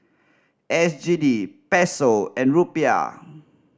S G D Peso and Rupiah